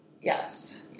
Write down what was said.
Yes